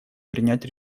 принять